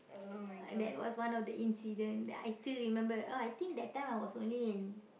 uh that was one of the incident that I still remember oh I think that time I was only in